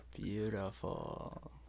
Beautiful